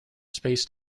space